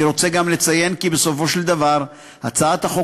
אני רוצה גם לציין כי בסופו של דבר הצעת החוק